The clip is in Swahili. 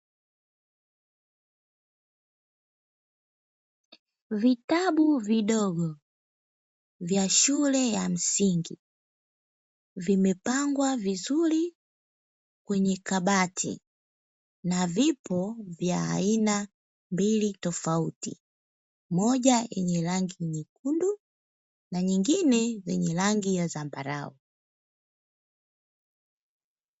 Vitabu vidogo vya shule ya msingi, vimepangwa vizuri kwenye kabati na vipo vya aina mbili tofauti, moja yenye rangi nyekundu na nyingine yenye rangi ya zambarau.